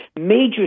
major